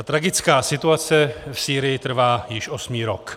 Tragická situace v Sýrii trvá již osmý rok.